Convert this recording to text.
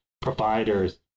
providers